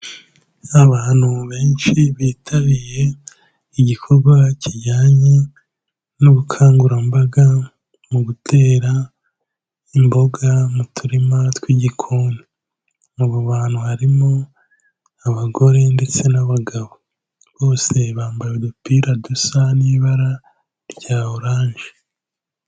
Abantu benshi bitabiriye igikorwa kijyanye n'ubukangurambaga mu gutera imboga mu turima tw'igikoni. Abo bantu harimo abagore ndetse n'abagabo, bose bambaye udupira dusa n'ibara rya oranje.